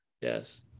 yes